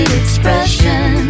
expression